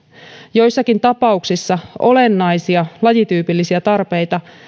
joissakin tapauksissa olennaisia lajityypillisiä tarpeita